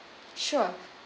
sure